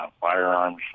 firearms